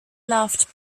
laughed